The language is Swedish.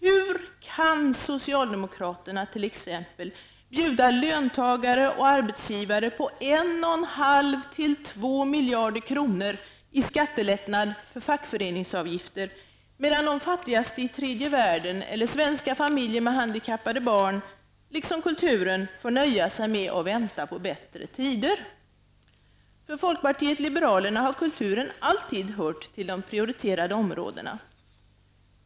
Hur kan socialdemokraterna t.ex. bjuda löntagare och arbetsgivare på 1,5 à 2 miljarder kronor i skattelättnad för fackföreningsavgifter, medan de fattigaste i tredje världen, eller svenska familjer med handikappade barn liksom kulturen, får nöja sig med att vänta på bättre tider? För folkpartiet liberalerna har kulturen alltid hört till de prioriterade områdena.